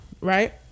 Right